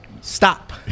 stop